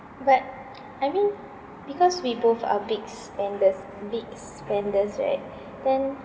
but I mean because we both are big spenders big spenders right then